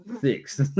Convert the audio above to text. six